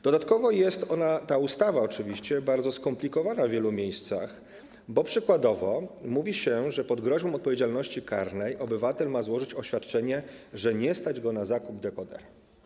Dodatkowo oczywiście ta ustawa jest bardzo skomplikowana w wielu miejscach, bo przykładowo mówi się, że pod groźbą odpowiedzialności karnej obywatel ma złożyć oświadczenie, że nie stać go na zakup dekodera.